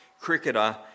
cricketer